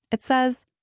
it says!